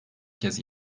kez